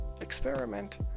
experiment